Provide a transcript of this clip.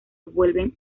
vuelven